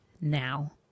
now